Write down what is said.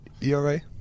ERA